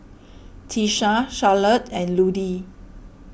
Tisha Charlotte and Ludie